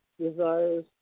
desires